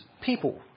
people